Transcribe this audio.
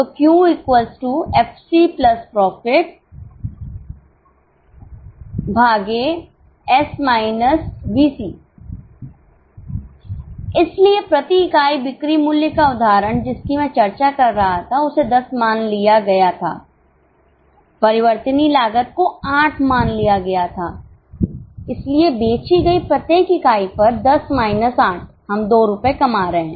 तो Q S VC इसलिए प्रति इकाई बिक्री मूल्य का उदाहरण जिसकी मैं चर्चा कर रहा था उसे 10 मान लिया गया थापरिवर्तनीय लागत को 8 मान लिया गया था इसलिए बेची गई प्रत्येक इकाई पर 10 माइनस 8 हम 2 रुपये कमा रहे हैं